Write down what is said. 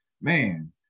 man